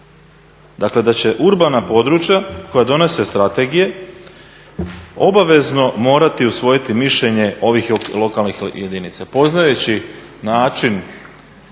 dakle da će urbana područja koja donose strategije obavezno morati usvojiti mišljenje ovih lokalnih jedinica. Poznajući način